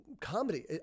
Comedy